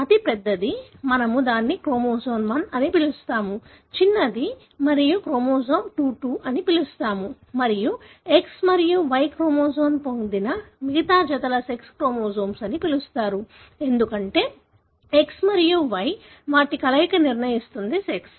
అతి పెద్దది మనము దానిని క్రోమోజోమ్ 1 అని పిలుస్తాము చిన్నది మీరు క్రోమోజోమ్ 22 అని పిలుస్తారు మరియు X మరియు Y క్రోమోజోమ్ పొందిన మిగిలిన జతలను సెక్స్ క్రోమోజోమ్ అని పిలుస్తారు ఎందుకంటే X మరియు Y వాటి కలయిక నిర్ణయిస్తుంది సెక్స్